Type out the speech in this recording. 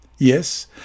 Yes